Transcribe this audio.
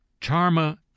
Charma